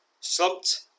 slumped